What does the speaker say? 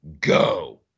go